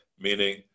Meaning